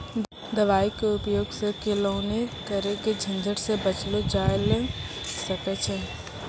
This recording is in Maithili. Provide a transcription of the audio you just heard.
दवाई के उपयोग सॅ केलौनी करे के झंझट सॅ बचलो जाय ल सकै छै